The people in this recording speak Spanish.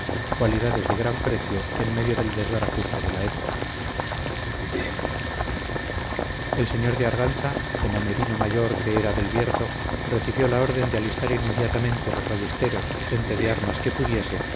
cualidades de gran precio en medio del desbarajuste de la época el señor de arganza como merino mayor que era del bierzo recibió la orden de alistar inmediatamente los ballesteros y gente de armas que pudiese